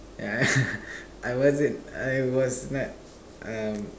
yeah I wasn't I was not um